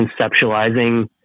conceptualizing